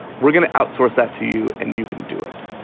we're going to outsource that to you and you can do it.